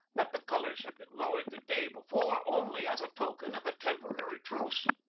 that the colors had been lowered the day before only as token of a temporary truce.